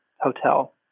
hotel